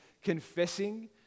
confessing